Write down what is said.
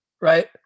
right